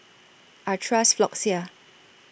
I Trust Floxia